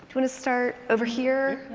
to to start over here.